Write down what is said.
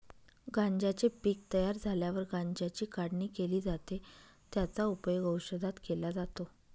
गांज्याचे पीक तयार झाल्यावर गांज्याची काढणी केली जाते, त्याचा उपयोग औषधात केला जातो